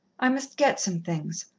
i must get some things,